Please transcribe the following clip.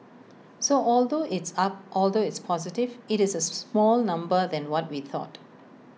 so although it's up although it's positive IT is A small number than what we thought